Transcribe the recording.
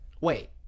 Wait